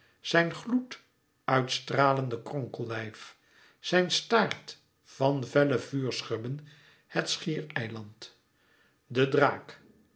zijn gloed uit stralende kronkellijf zijn staart van felle vuurschubben het schiereiland de draak